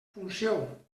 funció